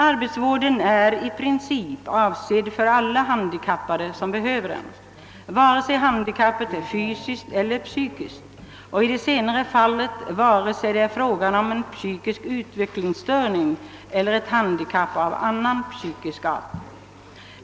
Arbetsvården är i princip avsedd för alla handikappade som behöver den, vare sig handikappet är fysiskt eller psykiskt och i det senare fallet vare sig det är fråga om en psykisk utvecklingsstörning eller ett handikapp av annan psykisk art.